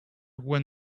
when